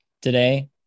today